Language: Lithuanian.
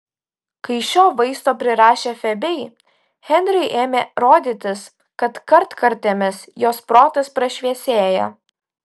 kai šio vaisto prirašė febei henriui ėmė rodytis kad kartkartėmis jos protas prašviesėja